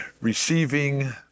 receiving